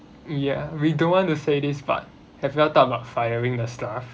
ya we don't want to say this but have you all thought about firing the staff